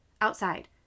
outside